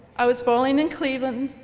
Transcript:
i was bowling in cleveland.